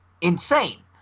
insane